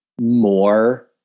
more